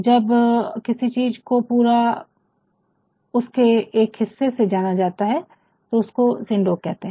जब किसी चीज़ को पूरा उसके एक हिस्से से जाना जाता है तो उसको सिंकडोक कहते है